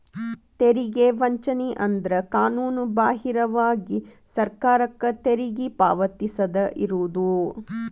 ತೆರಿಗೆ ವಂಚನೆ ಅಂದ್ರ ಕಾನೂನುಬಾಹಿರವಾಗಿ ಸರ್ಕಾರಕ್ಕ ತೆರಿಗಿ ಪಾವತಿಸದ ಇರುದು